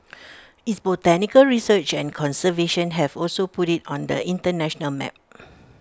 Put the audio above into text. its botanical research and conservation have also put IT on the International map